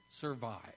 survive